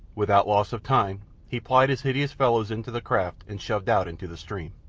without loss of time he piled his hideous fellows into the craft and shoved out into the stream.